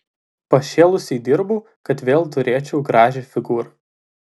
pašėlusiai dirbau kad vėl turėčiau gražią figūrą